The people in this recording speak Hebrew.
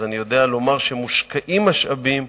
אז אני יודע לומר שמושקעים משאבים.